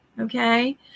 okay